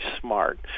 smart